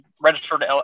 registered